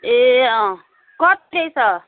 ए अँ कति छ